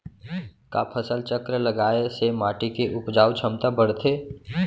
का फसल चक्र लगाय से माटी के उपजाऊ क्षमता बढ़थे?